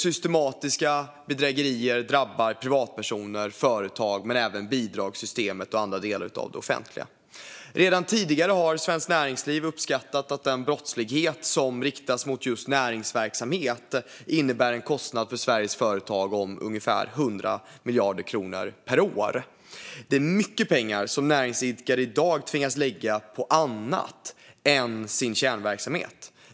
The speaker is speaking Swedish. Systematiska bedrägerier drabbar privatpersoner och företag men även bidragssystemet och andra delar av det offentliga. Redan tidigare har Svenskt Näringsliv uppskattat att den brottslighet som riktas mot just näringsverksamhet innebär en kostnad för Sveriges företag på ungefär 100 miljarder kronor per år. Det är mycket pengar som näringsidkare i dag tvingas lägga på annat än sin kärnverksamhet.